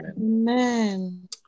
Amen